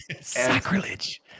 sacrilege